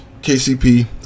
KCP